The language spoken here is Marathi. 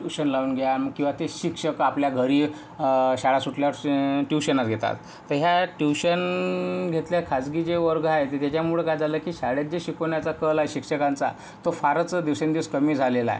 ट्यूशन लावून घ्या मग किंवा तेच शिक्षक आपल्या घरी शाळा सुटल्यावर ट्यूशनच घेतात तर ह्या ट्यूशन घेतल्या खाजगी जे वर्ग आहेत तर त्याच्यामुळे काय झाले की शाळेत जे शिकवण्याचा कल आहे शिक्षकांचा तो फारच दिवसेंदिवस कमी झालेला आहे